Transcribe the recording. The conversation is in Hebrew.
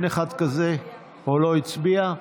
או לא הצביע?